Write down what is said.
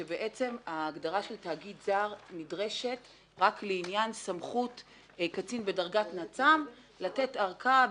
ההגדרה "תאגיד זר" נדרשת רק לעניין סמכות קצין בדרגת נצ"מ לתת ארכה,